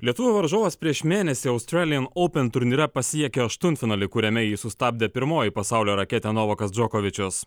lietuvių varžovas prieš mėnesį australijan open turnyre pasiekė aštuntfinalį kuriame jį sustabdė pirmoji pasaulio raketė novakas džokovičius